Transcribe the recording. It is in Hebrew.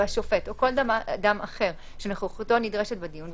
והשופט או כל אדם אחר שנוכחותו נדרשת בדיון,